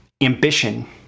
ambition